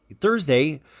Thursday